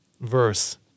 verse